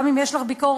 גם אם יש לך ביקורת,